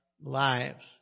lives